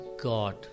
god